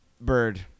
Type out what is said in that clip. Bird